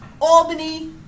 Albany